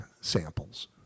samples